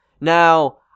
Now